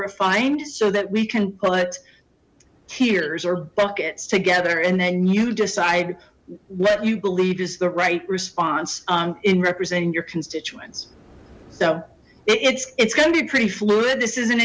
refined so that we can put tiers or buckets together and then you decide what you believe is the right response in representing your constituents so it's it's gonna be pretty fluid this isn't